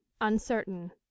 Uncertain